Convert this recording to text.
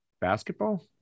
Basketball